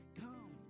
Come